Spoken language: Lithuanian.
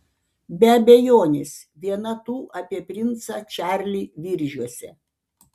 be abejonės viena tų apie princą čarlį viržiuose